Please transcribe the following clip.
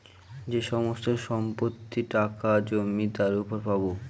যে সমস্ত সম্পত্তি, টাকা, জমি তার উপর পাবো